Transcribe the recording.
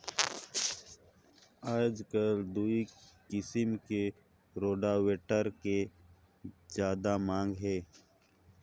आयज कायल दूई किसम के रोटावेटर के जादा मांग हे